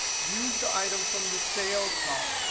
use the item from the sales column.